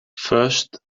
first